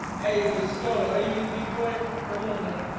a bitch go. are you a d-boy? come on, man.